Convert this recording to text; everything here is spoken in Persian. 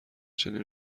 چنین